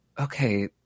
okay